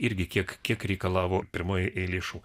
irgi tkek kiek reikalavo pirmoj eilėj lėšų